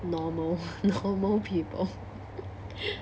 normal normal people